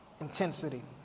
Intensity